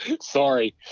Sorry